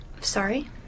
sorry